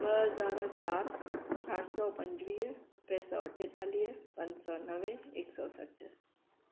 ॿ हज़ार चारि चारि सौ पंजुवीह टे सौ अठेतालीह पंज सौ नवे हिकु सौ सठि